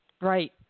Right